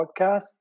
podcast